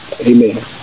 Amen